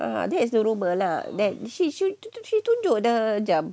uh that is the rumour lah that she tunjuk the jam